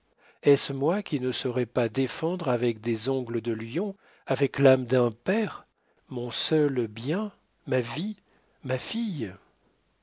est-ce moi qui ne saurais pas défendre avec des ongles de lion avec l'âme d'un père mon seul bien ma vie ma fille